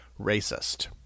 racist